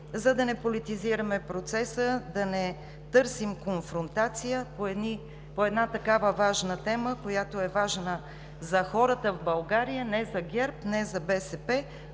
за да не политизираме процеса, да не търсим конфронтация по една такава важна тема, която е важна за хората в България – не за ГЕРБ, не за БСП,